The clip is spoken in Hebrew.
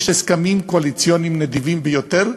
יש הסכמים קואליציוניים נדיבים ביותר,